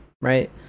right